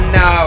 no